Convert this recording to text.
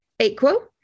equal